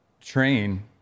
Train